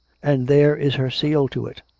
and there is her seal to it.